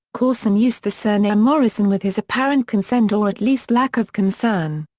courson used the surname morrison with his apparent consent or at least lack of concern.